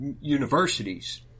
universities